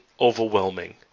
overwhelming